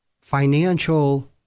financial